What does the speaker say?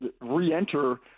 re-enter